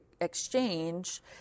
exchange